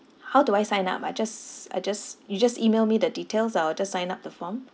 how do I sign up I just I just you just email me the details I will just sign up the form